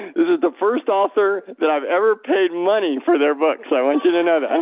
is is the first author that i've ever paid money for their book, so i want you to know that. and